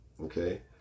Okay